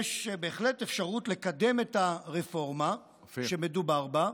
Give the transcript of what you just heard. יש בהחלט אפשרות לקדם את הרפורמה שמדובר בה,